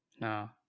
No